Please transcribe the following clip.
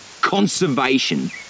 Conservation